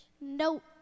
Nope